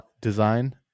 design